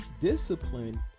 discipline